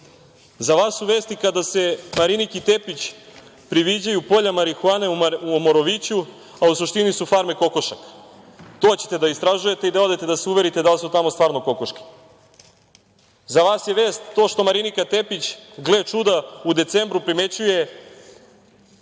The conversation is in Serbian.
za vas su vesti kada se Mariniki Tepić priviđaju polja marihuane u Moroviću, a u suštini su farme kokošaka. To ćete da istražujete da odete i da se uverite da li su tamo stvarno kokoške. Za vas je vest to što Marinika Tepić, gle čuda, u decembru primećuje